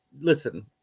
Listen